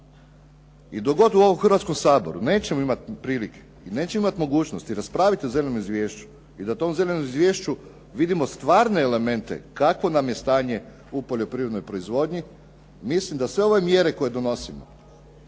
i dok god u ovom Hrvatskom saboru nećemo imati prilike i nećemo imati mogućnosti raspraviti o zelenom izvješću i da u tom zelenom izvješću vidimo stvarne elemente kakvo nam je stanje u poljoprivrednoj proizvodnji, mislim da sve ove mjere koje donosimo,